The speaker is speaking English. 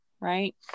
right